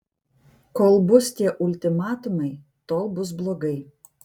kol bus tie ultimatumai tol bus blogai